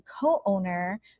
co-owner